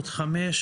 חברים,